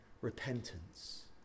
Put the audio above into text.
repentance